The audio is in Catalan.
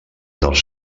dels